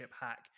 hack